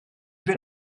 bin